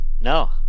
No